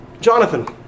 Jonathan